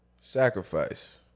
Sacrifice